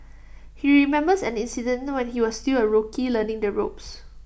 he remembers an incident when he was still A rookie learning the ropes